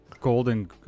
golden